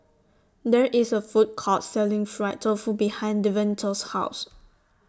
There IS A Food Court Selling Fried Tofu behind Devontae's House